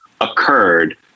occurred